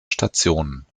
stationen